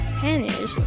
Spanish